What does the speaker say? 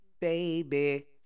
baby